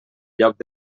lloc